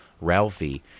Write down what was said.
Ralphie